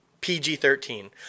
PG-13